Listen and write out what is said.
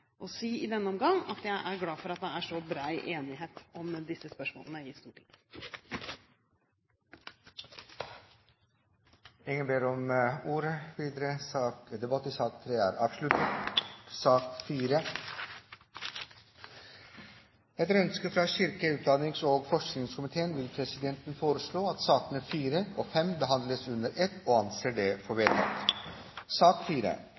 si at jeg er glad for at det er så bred enighet om disse spørsmålene i Stortinget. Flere har ikke bedt om ordet til sak nr. 3. Etter ønske fra kirke-, utdannings- og forskningskomiteen vil presidenten foreslå at sakene nr. 4 og 5 behandles under ett. – Det anses vedtatt. Etter ønske fra kirke-, utdannings- og